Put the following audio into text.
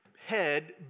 head